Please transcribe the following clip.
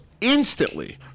instantly